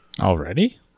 already